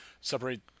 separate